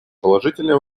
положительное